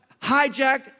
hijacked